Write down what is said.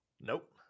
Nope